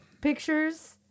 pictures